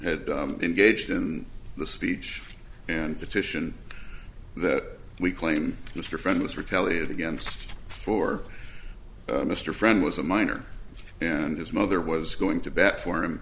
had engaged in the speech and petition that we claim mr friend was retaliated against for mr friend was a minor and his mother was going to bat for him